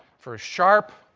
for sharp,